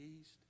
east